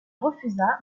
refusa